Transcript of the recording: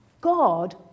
God